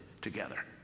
together